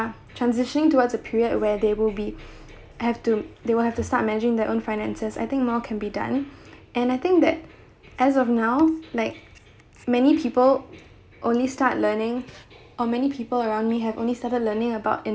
transitioning towards a period where they will be have to they will have to start measuring their own finances I think more can be done and I think that as of now like many people only start learning or many people around me have only started learning about